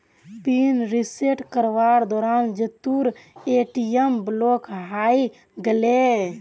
pin reset करवार दौरान जीतूर ए.टी.एम ब्लॉक हइ गेले